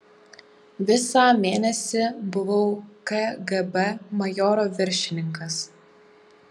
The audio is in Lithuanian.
visą mėnesį buvau kgb majoro viršininkas